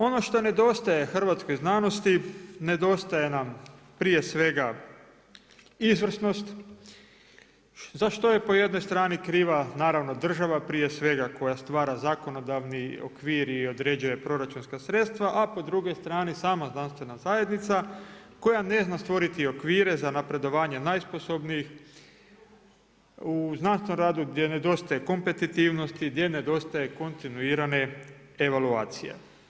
Ono što nedostaje hrvatskoj znanosti, nedostaje nam prije svega, izvrsnost, za što je po jednoj strani kriva naravno država prije svega koja stvara zakonodavni okvir i određuje proračunska sredstva a po drugoj strani, sama znanstvena zajednica koja ne zna stvoriti okvire za napredovanje najsposobnijih u znanstvenom radu gdje nedostaje kompetitivnosti, gdje nedostaje kontinuirane evaluacije.